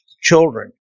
children